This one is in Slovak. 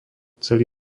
celý